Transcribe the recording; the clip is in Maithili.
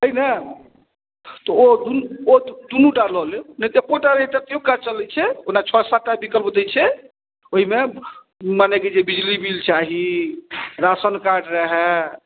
अइ ने तऽ ओ दुनू ओ दुनू टा लऽ लेब नहि तऽ एको टा रहिते तैओ काज चलै छै ओना छओ सात टा विकल्प दै छै ओहिमे मने कि जे बिजली बिल चाही राशन कार्ड रहै